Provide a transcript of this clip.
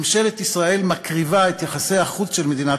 ממשלת ישראל מקריבה את יחסי החוץ של מדינת